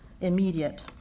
immediate